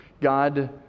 God